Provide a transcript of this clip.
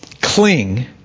cling